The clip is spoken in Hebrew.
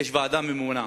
יש ועדה ממונה.